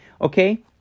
Okay